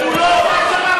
מה אתה רוצה ממנו?